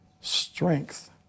strength